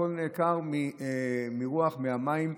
הכול נעקר מהרוח, מהמים.